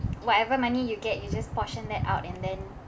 whatever money you get you just portion that out and then